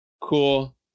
cool